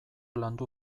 landu